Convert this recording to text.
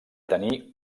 tenir